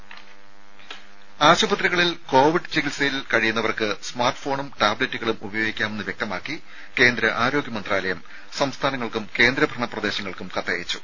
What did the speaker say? രുമ ആശുപത്രികളിൽ കോവിഡ് ചികിത്സയിൽ കഴിയുന്നവർക്ക് സ്മാർട്ട് ഫോണും ടാബ് ലറ്റുകളും ഉപയോഗിക്കാമെന്ന് വ്യക്തമാക്കി കേന്ദ്ര ആരോഗ്യ മന്ത്രാലയം സംസ്ഥാനങ്ങൾക്കും കേന്ദ്ര ഭരണ പ്രദേശങ്ങൾക്കും കത്തയച്ചു